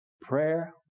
Prayer